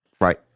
Right